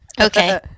Okay